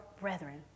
brethren